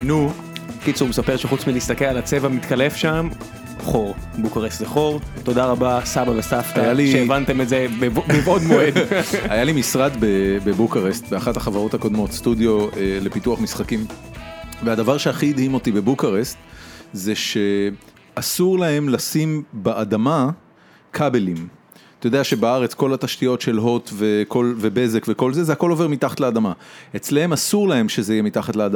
נו קיצור מספר שחוץ מלהסתכל על הצבע מתקלף שם חור בוקרשט זה חור תודה רבה סבא וסבתא שהבנתם את זה מבעוד מועד. היה לי משרד בבוקרשט באחת החברות הקודמות סטודיו לפיתוח משחקים והדבר שהכי הדהים אותי בבוקרשט זה שאסור להם לשים באדמה כבלים, אתה יודע שבארץ כל התשתיות של הוט ובזק וכל זה זה הכל עובר מתחת לאדמה אצלהם אסור להם שזה יהיה מתחת לאדמה